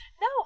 No